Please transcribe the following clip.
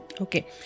Okay